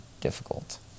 difficult